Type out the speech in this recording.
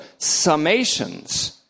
summations